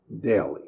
daily